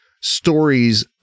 stories